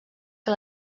que